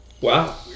Wow